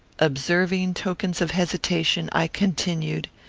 observing tokens of hesitation, i continued,